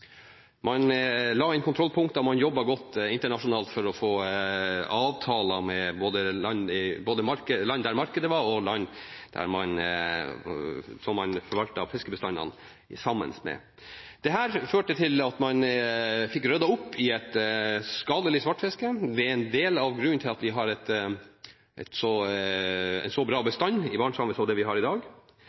Man la inn kontrollpunkter, og man jobbet godt internasjonalt for å få avtaler med både land der markedet var, og land der man forvaltet fiskebestanden sammen. Dette førte til at man fikk ryddet opp i et skadelig svartfiske. Det er en del av grunnen til at vi har en så bra bestand i Barentshavet som vi har i dag.